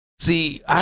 See